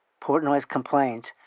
portnoy's complaint,